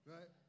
Right